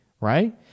Right